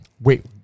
Wait